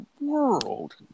world